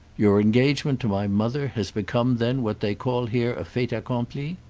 your engagement to my mother has become then what they call here a fait accompli?